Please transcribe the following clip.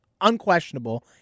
unquestionable